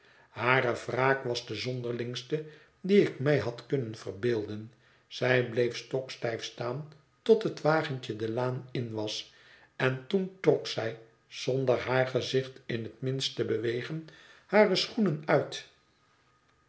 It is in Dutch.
hare wraak was de zonderlingste die ik mij had kunnen verbeelden zij bleef stokstijf staan tot het wagentje de laan in was en toen trok zij zonder haar gezicht in het minst te bewegen hare schoenen uit